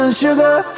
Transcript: Sugar